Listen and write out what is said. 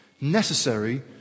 necessary